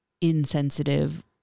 insensitive